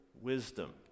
wisdom